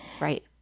right